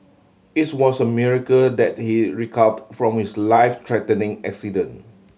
its was a miracle that he recovered from his life threatening accident